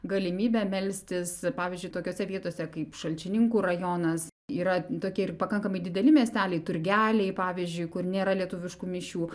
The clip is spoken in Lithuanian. galimybė melstis pavyzdžiui tokiose vietose kaip šalčininkų rajonas yra tokie ir pakankamai dideli miesteliai turgeliai pavyzdžiui kur nėra lietuviškų mišių